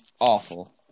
awful